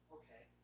okay